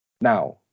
Now